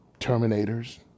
Terminators